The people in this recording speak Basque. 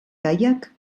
gaiak